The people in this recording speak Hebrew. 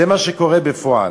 זה מה שקורה בפועל.